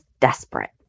desperate